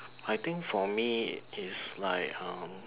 I think for me is like um